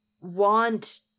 want